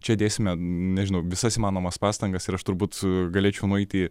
čia dėsime nežinau visas įmanomas pastangas ir aš turbūt galėčiau nueiti